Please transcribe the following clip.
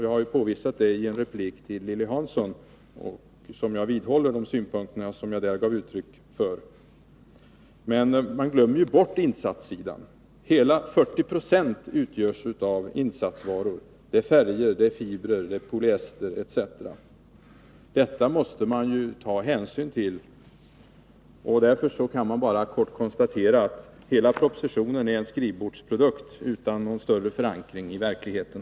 Jag har påvisat detta i en replik till Lilly Hansson, och jag vidhåller de synpunkter som jag där gav uttryck för. Men man glömmer bort insatssidan. Hela 40 26 utgörs av insatsvaror, av färger, fibrer, polyester etc. Detta måste man ju ta hänsyn till. Därför kan jag kort konstatera att hela propositionen är en skrivbordsprodukt utan någon större förankring i verkligheten.